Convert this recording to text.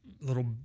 little